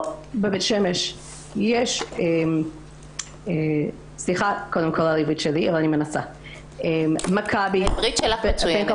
בבית שמש יש את קופת חולים מכבי, את בנק